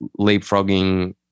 leapfrogging